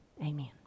Amen